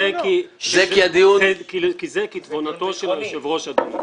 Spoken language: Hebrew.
זה בגלל תבונתו של היושב-ראש, אדוני.